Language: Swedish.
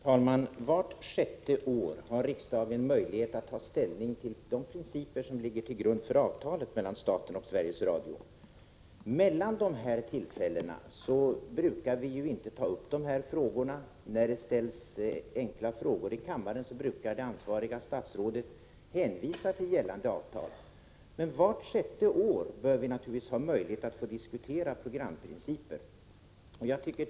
Herr talman! Vart sjätte år har riksdagen möjlighet att ta ställning till de principer som ligger till grund för avtalet mellan staten och Sveriges Radio. Mellan dessa tillfällen brukar vi inte ta upp dessa saker. När det ställs enkla frågor om dem brukar det ansvariga statsrådet hänvisa till gällande avtal. Men vart sjätte år bör vi naturligtvis ha möjlighet att få diskutera programprinciper.